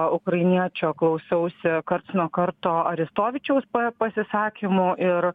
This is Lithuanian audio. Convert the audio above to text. ukrainiečio klausiausi karts nuo karto aristovičiaus pasisakymų ir